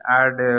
add